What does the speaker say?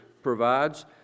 provides